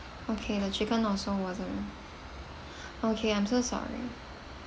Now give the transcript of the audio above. okay the chicken also wasn't okay I'm so sorry